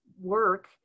work